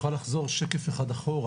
אם את יכולה לחזור שקף אחד אחורה,